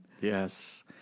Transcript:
Yes